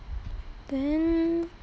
then